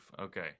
Okay